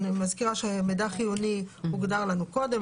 אני מזכירה שמידע חיוני הוגדר לנו קודם.